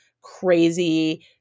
crazy